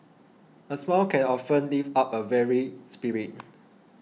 a smile can often lift up a weary spirit